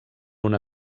una